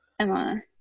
emma